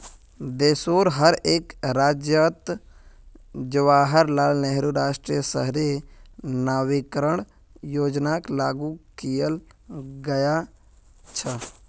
देशोंर हर एक राज्यअत जवाहरलाल नेहरू राष्ट्रीय शहरी नवीकरण योजनाक लागू कियाल गया छ